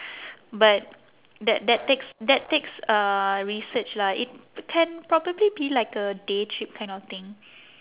but that that takes that takes uh research lah it can probably be like a day trip kind of thing